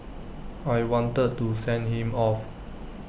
I wanted to send him off